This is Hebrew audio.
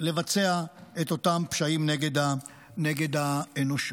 לבצע את אותם פשעים נגד האנושות.